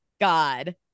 God